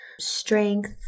strength